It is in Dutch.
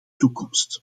toekomst